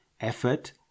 effort